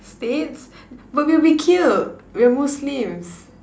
States but we'll be killed we're Muslims